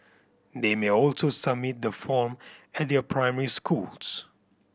they may also submit the form at their primary schools